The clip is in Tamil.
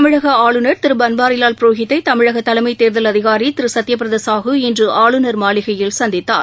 தமிழகஆளுநர் திருபன்வாரிவால் புரோஹித்தை தமிழகதலைமைத் தேர்தல் அதிகாரிதிருசத்யபிரதசாகு இன்றுஆளுநர் மாளிகையில் சந்தித்தார்